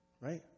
Right